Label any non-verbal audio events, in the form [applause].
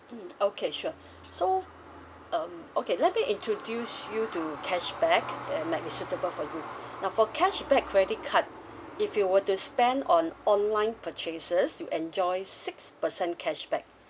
mm okay sure so [noise] um okay let me introduce you to cashback that uh might be suitable for you now for cashback credit card if you were to spend on online purchases you enjoy six percent cashback